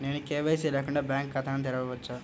నేను కే.వై.సి లేకుండా బ్యాంక్ ఖాతాను తెరవవచ్చా?